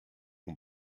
ont